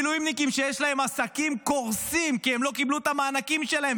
יש מילואימניקים שיש להם עסקים קורסים כי הם לא קיבלו את המענקים שלהם,